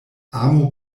amo